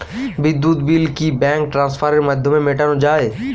বিদ্যুৎ বিল কি ব্যাঙ্ক ট্রান্সফারের মাধ্যমে মেটানো য়ায়?